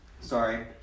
Sorry